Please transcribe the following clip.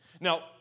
Now